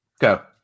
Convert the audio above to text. Go